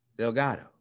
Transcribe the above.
delgado